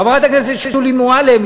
חברת הכנסת שולי מועלם,